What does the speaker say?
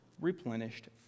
replenished